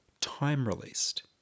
time-released